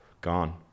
Gone